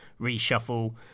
reshuffle